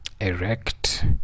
erect